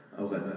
Okay